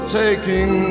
taking